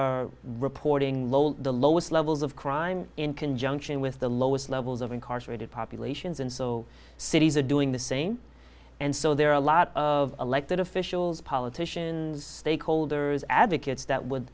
are reporting lol the lowest levels of crime in conjunction with the lowest levels of incarcerated populations and so cities are doing the same and so there are a lot of elected officials politicians stakeholders advocates that would